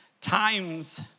times